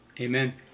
Amen